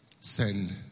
send